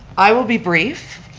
i will be brief.